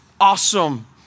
Awesome